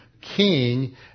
king